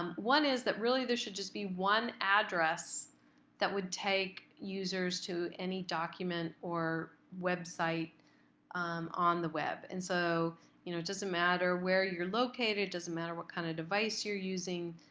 um one is that really there should just be one address that would take users to any document or website on the web. and so you know it doesn't matter where you're located, it doesn't matter what kind of device you're using,